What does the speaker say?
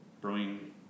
brewing